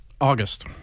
August